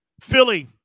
Philly